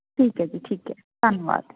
ਠੀਕ ਹੈ ਜੀ ਠੀਕ ਹੈ ਧੰਨਵਾਦ